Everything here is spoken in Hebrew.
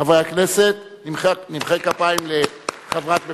חברי הכנסת, נמחא כפיים לחברת "מקורות".